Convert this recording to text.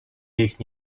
jejich